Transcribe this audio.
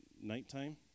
nighttime